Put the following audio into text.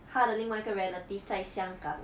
他的另外一个 relative 在香港